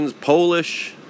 Polish